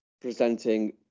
presenting